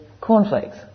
cornflakes